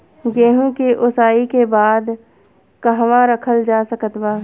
गेहूँ के ओसाई के बाद कहवा रखल जा सकत बा?